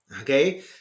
Okay